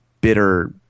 bitter